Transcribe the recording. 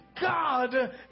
God